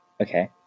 Okay